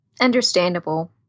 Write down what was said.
Understandable